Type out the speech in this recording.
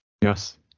Yes